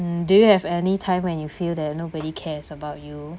um do you have any time when you feel that nobody cares about you